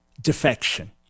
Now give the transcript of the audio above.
defection